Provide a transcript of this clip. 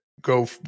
Go